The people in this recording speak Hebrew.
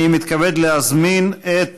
אני מתכבד להזמין את